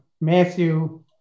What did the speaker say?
Matthew